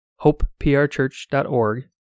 hopeprchurch.org